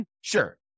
Sure